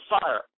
fire